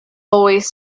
always